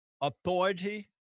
authority